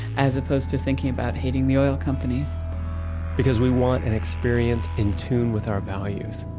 as opposed to thinking about hating the oil companies because we want an experience in tune with our values.